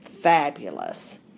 fabulous